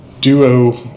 duo